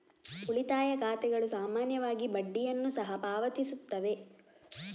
ಉಳಿತಾಯ ಖಾತೆಗಳು ಸಾಮಾನ್ಯವಾಗಿ ಬಡ್ಡಿಯನ್ನು ಸಹ ಪಾವತಿಸುತ್ತವೆ